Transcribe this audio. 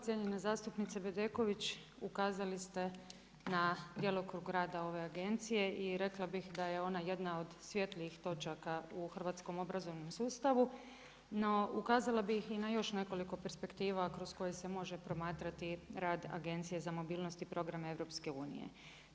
Cijenjena zastupnice Bedeković, ukazali ste na djelokrug rada ove agencije i rekla bi da je ona jedna od svjetlijih točaka u hrvatskom obrazovnom sustavu, no ukazala bi i na još nekoliko perspektiva kroz koje se može promatrati rad Agencije za mobilnost i program EU-a.